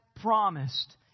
promised